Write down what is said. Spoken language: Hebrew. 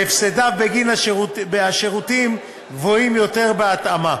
והפסדיו בגין השירות גבוהים יותר בהתאמה,